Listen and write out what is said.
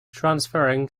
transferring